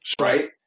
right